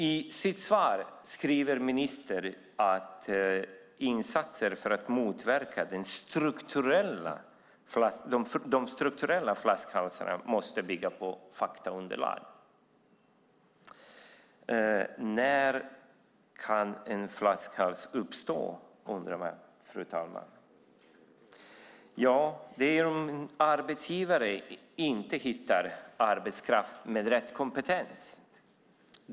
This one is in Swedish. I sitt svar säger ministern att insatser för att motverka de strukturella flaskhalsarna måste bygga på faktaunderlag. Man undrar: När kan en flaskhals uppstå? Det är om arbetsgivare inte hittar arbetskraft med rätt kompetens.